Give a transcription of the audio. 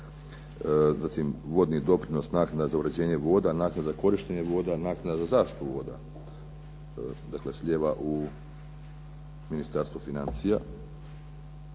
zatim vodni doprinos, naknada za uređenje voda, naknada za korištenje voda, naknada za zaštitu voda, dakle slijeva u Ministarstvo financija.